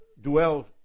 dwell